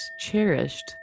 cherished